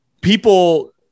people